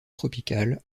tropicales